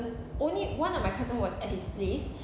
only one of my cousin was at his place